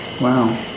Wow